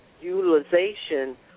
utilization